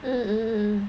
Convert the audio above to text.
mm mm